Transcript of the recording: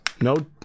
no